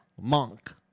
Monk